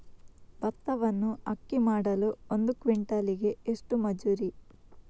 ಭತ್ತವನ್ನು ಅಕ್ಕಿ ಮಾಡಲು ಒಂದು ಕ್ವಿಂಟಾಲಿಗೆ ಎಷ್ಟು ಮಜೂರಿ?